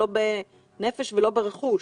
לא בנפש ולא ברכוש.